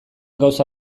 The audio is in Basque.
gauza